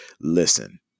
listen